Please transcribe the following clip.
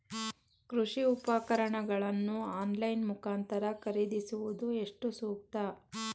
ಕೃಷಿ ಉಪಕರಣಗಳನ್ನು ಆನ್ಲೈನ್ ಮುಖಾಂತರ ಖರೀದಿಸುವುದು ಎಷ್ಟು ಸೂಕ್ತ?